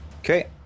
Okay